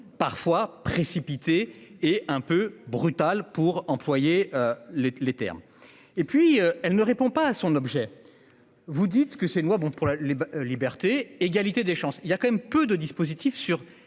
parfois précipités et un peu brutal pour employer les termes et puis elle ne répond pas à son objet. Vous dites que ces lois vont pour la liberté, égalité des chances. Il y a quand même peu de dispositifs sur